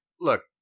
Look